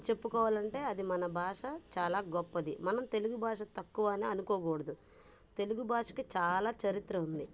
చెప్పుకోవాలంటే అది మన భాష చాలా గొప్పది మనం తెలుగు భాష తక్కువ అని అనుకోకూడదు తెలుగు భాషకి చాలా చరిత్ర ఉంది